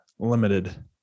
limited